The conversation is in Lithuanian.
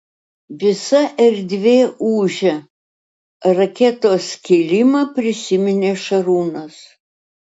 visa erdvė ūžia raketos kilimą prisiminė šarūnas